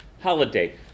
holiday